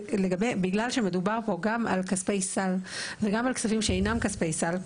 בגלל שמדובר פה גם על כספי סל וגם על כספים שאינם כספי סל,